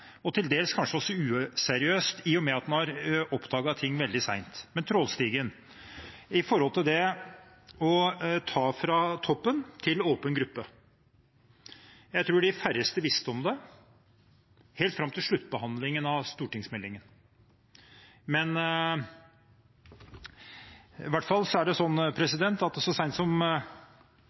til dels kanskje useriøst, i og med at man har oppdaget ting veldig sent. Det gjelder trålstigen og å ta åpen gruppe fra toppen. Jeg tror de færreste visste om det – helt fram til sluttbehandlingen av stortingsmeldingen. Så sent som den 16. april uttalte administrerende direktør i Fiskebåt i et intervju med Fiskeribladet at